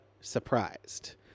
surprised